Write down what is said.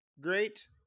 great